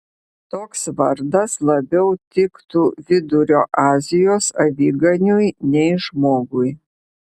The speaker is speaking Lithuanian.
toks vardas labiau tiktų vidurio azijos aviganiui nei žmogui